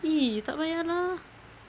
!ee! tak payah lah